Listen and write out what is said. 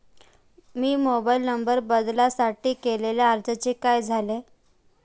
मी mobile number बदलासाठी केलेल्या अर्जाचे काय झाले?